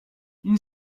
une